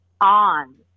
on